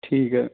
ਠੀਕ ਹੈ